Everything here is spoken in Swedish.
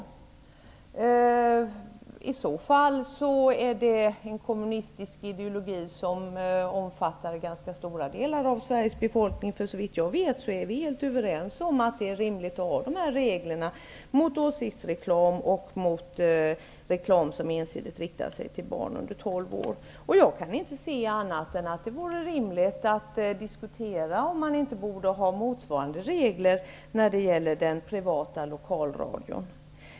I så fall är det en kommunistisk ideologi som omfattar ganska stora delar av Sveriges befolkning -- såvitt jag vet är vi helt överens om att det är rimligt att ha dessa regler i fråga om åsiktsreklam och reklam som ensidigt riktar sig till barn under tolv år. Jag kan inte se annat än att det vore rimligt att diskutera om man inte borde ha motsvarande regler när det gäller den privata lokalradion.